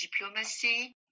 diplomacy